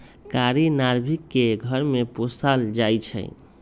कारी नार्भिक के घर में पोशाल जाइ छइ